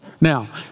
Now